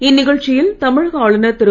இந்நிகழ்ச்சியல் தமிழக ஆளுனர் திரு